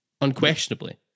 unquestionably